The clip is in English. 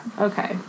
Okay